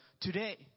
today